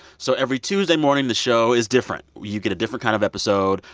so every tuesday morning, the show is different. you get a different kind of episode.